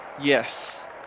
Yes